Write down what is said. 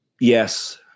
Yes